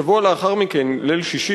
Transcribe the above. שבוע לאחר מכן בליל שבת,